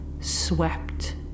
swept